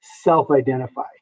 self-identify